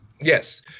yes